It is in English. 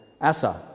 Asa